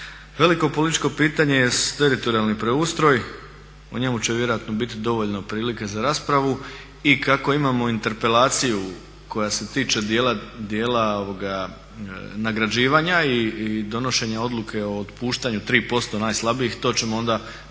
Veliko političko pitanje jest teritorijalni preustroj. O njemu će vjerojatno biti dovoljno prilike za raspravu. I kako imamo interpelaciju koja se tiče dijela nagrađivanja i donošenja odluke o otpuštanju 3% najslabijih, to ćemo onda,